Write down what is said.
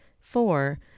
Four